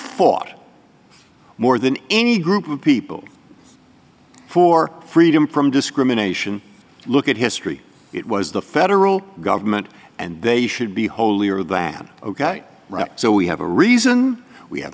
fought more than any group of people for freedom from discrimination look at history it was the federal government and they should be holier than ok so we have a reason we have